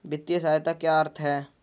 वित्तीय सहायता क्या होती है?